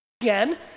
Again